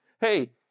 Hey